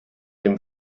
dem